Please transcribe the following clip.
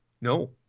no